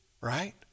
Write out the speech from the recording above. right